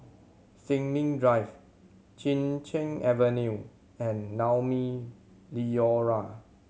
Sin Ming Drive Chin Cheng Avenue and Naumi Liora